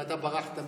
ואתה ברחת מימינה?